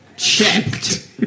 checked